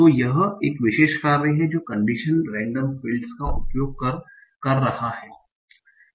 तो यह एक विशेष कार्य है जो कन्डिशनल रेंडम फील्ड्स का उपयोग कर रहा है